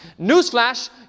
Newsflash